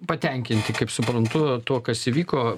patenkinti kaip suprantu tuo kas įvyko